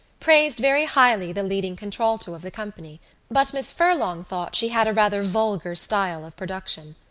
praised very highly the leading contralto of the company but miss furlong thought she had a rather vulgar style of production.